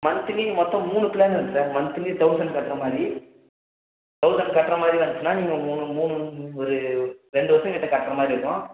monthly மொத்தம் மூணு ப்ளான்னு இருக்கு சார் மந்திலி தவுசன்ட் கட்டுகிறா மாதிரி தவுசன்ட் கட்டுகிறா மாதிரி வந்துச்சுன்னா நீங்கள் உங்கள் மூ மூணு ஒரு ரெண்டு வருசங்கிட்ட கட்டுகிற மாதிரி இருக்கும்